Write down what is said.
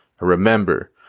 Remember